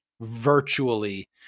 virtually